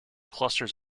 clusters